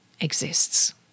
exists